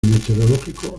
meteorológicos